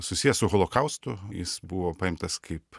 susijęs su holokaustu jis buvo paimtas kaip